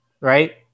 right